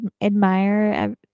admire